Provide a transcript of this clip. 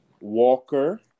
walker